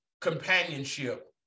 companionship